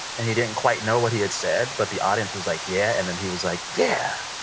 and he didn't quite know what he had said. but the audience was like yeah. and then he was like yeah.